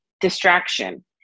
distraction